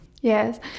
Yes